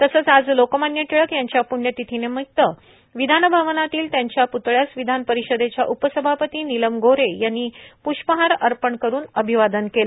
तसंच आज लोकमान्य टिळक यांच्या पृण्यतिथीनिमित्त विधानभवनातील त्यांच्या पुतळ्यास विधानपरिषदेच्या उपासभापती नीलम गोऱ्हे यांनी प्ष्पहार अर्पण करून अभिवादन केलं